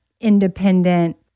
independent